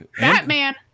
Batman